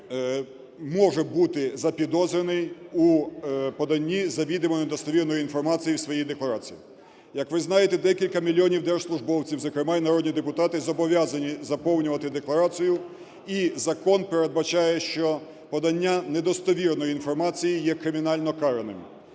може бути запідозрений у поданні завідомо недостовірної інформації в своїй декларації. Як ви знаєте, декілька мільйонів держслужбовців, зокрема і народні депутати, зобов'язані заповнювати декларацію, і закон передбачає, що подання недостовірної інформації є кримінально караним.